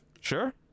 Sure